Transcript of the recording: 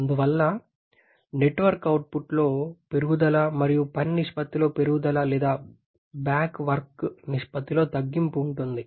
అందువల్ల network అవుట్పుట్లో పెరుగుదల మరియు పని నిష్పత్తిలో మెరుగుదల లేదా బ్యాక్ వర్క్ వెనుక పని నిష్పత్తిలో తగ్గింపు ఉంది